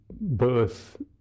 birth